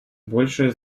большее